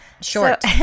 Short